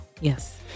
Yes